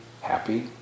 happy